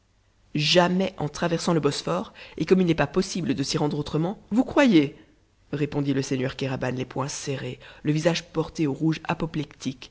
jamais en traversant le bosphore et comme il n'est pas possible de s'y rendre autrement vous croyez répondit le seigneur kéraban les poings serrés le visage porté au rouge